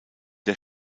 der